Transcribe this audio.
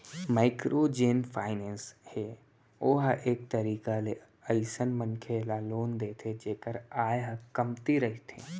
micro जेन finance हे ओहा एक तरीका ले अइसन मनखे ल लोन देथे जेखर आय ह कमती रहिथे